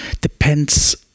depends